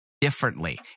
differently